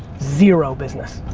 zero business.